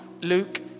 Luke